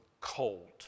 cold